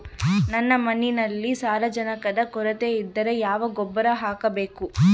ನನ್ನ ಮಣ್ಣಿನಲ್ಲಿ ಸಾರಜನಕದ ಕೊರತೆ ಇದ್ದರೆ ಯಾವ ಗೊಬ್ಬರ ಹಾಕಬೇಕು?